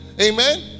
Amen